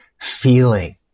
feeling